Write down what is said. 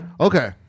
Okay